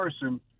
person